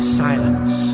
silence